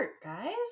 guys